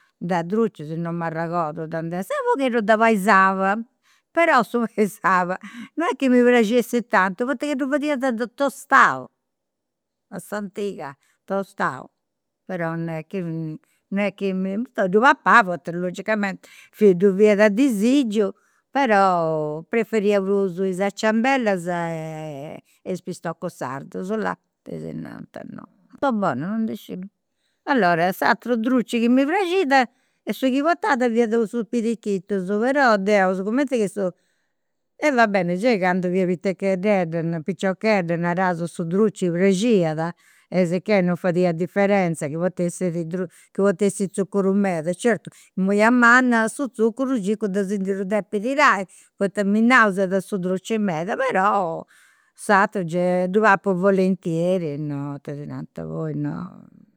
De drucis non m'arregodu de nd'essi, unu pagheddu de pani 'e saba. Però su pani 'e saba non est chi mi praxessi tanti poita ca ddu fadiat tostau, a s'antiga, tostau. Però non est chi non est chi mi, ddu papà poita logicamenti ddoi fiat a disigiu, però preferia prus is ciambellas e is pistocus sardus, là, tesinanta. Non ndi sciu, allora s'aturu druci chi mi praxiat est su chi portat fiat su pirichitus, però deu, sigumenti che su e va bene gei candu fia piticheddedda piciochedda naraus, su druci praxiat e sicchè non fadia diferenza chi potessit tzuccuru meda. Certu imui a manna su tzuccuru de si ndi ddu depi tirai, poita mi nauseada su druci meda, però s'ateru gei ddu papu volentieri, no tesinanta, poi no